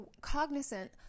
cognizant